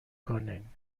کنین